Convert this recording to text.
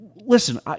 listen